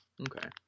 Okay